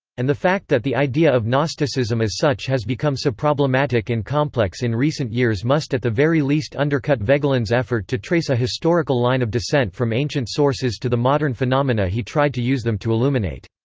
and the fact that the idea of gnosticism as such has become so problematic and complex in recent years must at the very least undercut voegelin's effort to trace a historical line of descent from ancient sources to the modern phenomena he tried to use them to illuminate.